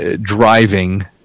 driving